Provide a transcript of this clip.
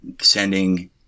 sending